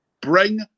Bring